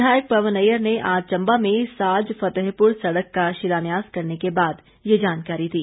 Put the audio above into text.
विधायक पवन नैय्यर ने आज चम्बा में साज फतेहपुर सड़क का शिलान्यास करने के बाद ये जानकारी दी